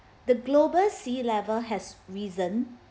the global sea level has risen